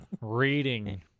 reading